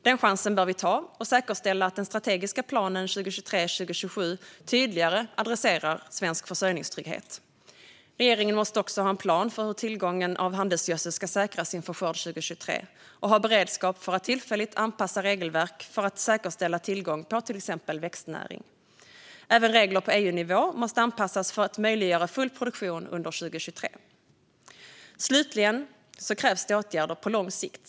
Vi bör ta den chansen och säkerställa att den strategiska planen 2023-2027 tydligare adresserar svensk försörjningstrygghet. Regeringen måste också ha en plan för hur tillgången på handelsgödsel ska säkras inför skörd 2023 och ha beredskap för att tillfälligt anpassa regelverk för att säkerställa tillgång på exempelvis växtnäring. Även regler på EU-nivå måste anpassas för att möjliggöra full produktion under 2023. Slutligen krävs åtgärder på lång sikt.